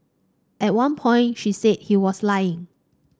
at one point she said he was lying